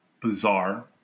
bizarre